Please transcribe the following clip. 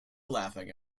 laughing